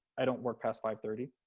i don't work past five thirty.